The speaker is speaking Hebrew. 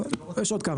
יש עוד כמה,